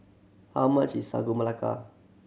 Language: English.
how much is Sagu Melaka